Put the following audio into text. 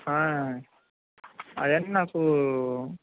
అదండి నాకు